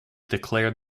declared